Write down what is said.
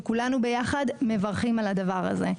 שכולנו ביחד מברכים על הדבר הזה.